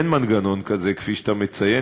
אין מנגנון כזה כפי שאתה מציין,